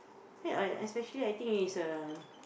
ya I I especially I think is a